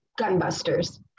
gunbusters